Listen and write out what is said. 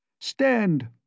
Stand